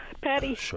Patty